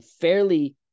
fairly